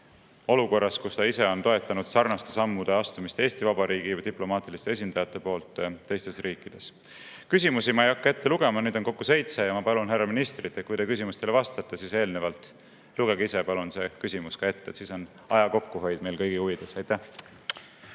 kus ta ise on toetanud sarnaste sammude astumist Eesti Vabariigi diplomaatiliste esindajate poolt teistes riikides. Küsimusi ma ei hakka ette lugema, neid on kokku seitse, ja ma palun, härra minister, et kui te küsimustele vastate, siis eelnevalt lugege ise palun see küsimus ka ette, see on aja kokkuhoid meie kõigi huvides. Aitäh!